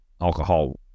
alcohol